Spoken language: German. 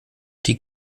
die